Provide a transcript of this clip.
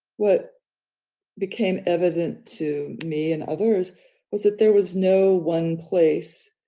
what became evident to me and others was that there was no one place,